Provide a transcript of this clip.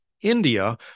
India